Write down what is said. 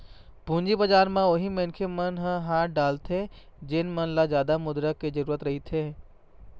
पूंजी बजार म उही मनखे मन ह हाथ डालथे जेन मन ल जादा मुद्रा के जरुरत रहिथे